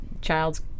child's